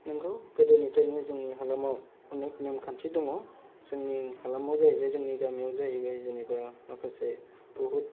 नोंगौ गोदोनिफ्रायनो जोंनि हालामाव अनेख नेम खान्थि दङ जोंनि हालामाव जाहैबाय जोंनि गामियाव जाहैबाय जेनेबा माखासे बहुद